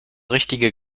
richtige